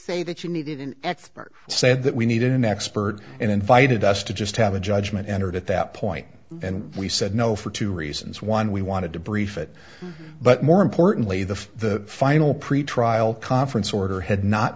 say that you needed an expert said that we needed an expert and invited us to just have a judgment entered at that point and we said no for two reasons one we wanted to brief it but more importantly the the final pretrial conference order had not